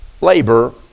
labor